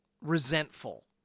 resentful